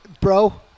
Bro